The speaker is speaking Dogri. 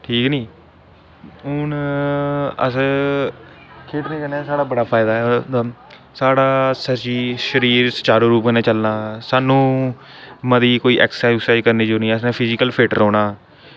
ठीक नी हून अस खेढने कन्नै साढ़ा बड़ा फायदा साढ़ा सरी शरीर सुचारू रूप कन्नै चलना सानू मती कोई ऐक्सरसाइज़ ऐक्सूरसाइज निं करनी असें फिज़ीकल फिट रौह्ना